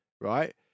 right